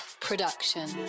Production